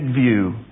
view